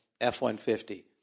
F-150